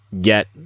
get